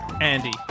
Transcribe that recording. Andy